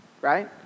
right